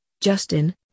Justin